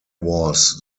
was